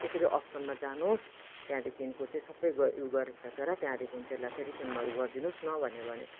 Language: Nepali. यसरी अप्सनमा जानुहोस् त्यहाँदेखिको चाहिँ सबै ऊ गरी सकेर त्यहाँदेखि त्यसलाई चाहिँ रिटर्नमा ऊ गरिदिनुहोस् न भनेर भन्यो